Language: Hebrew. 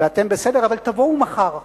ואתם בסדר, אבל תבואו מחר.